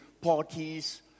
parties